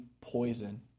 poison